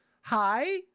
hi